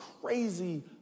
crazy